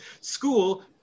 school